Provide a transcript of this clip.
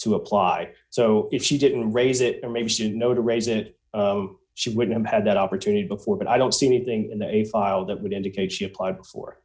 to apply so if she didn't raise it or maybe should know to raise it she would have had that opportunity before but i don't see anything in a file that would indicate she applied for